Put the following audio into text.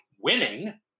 winning